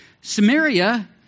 Samaria